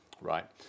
right